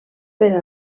per